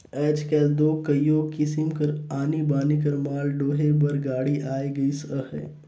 आएज काएल दो कइयो किसिम कर आनी बानी कर माल डोहे बर गाड़ी आए गइस अहे